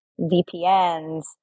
VPNs